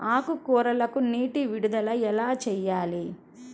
ఆకుకూరలకు నీటి విడుదల ఎలా చేయాలి?